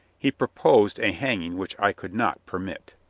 he proposed a hanging which i could not per mit.